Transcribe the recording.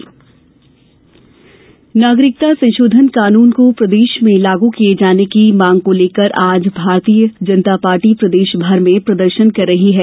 भाजपा ज्ञापन नागरिकता संशोधन कानून को प्रदेश में लागू किए जाने की मांग को लेकर आज भारतीय जनता पार्टी प्रदेशभर में प्रदर्शन कर रही हैं